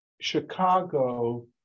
Chicago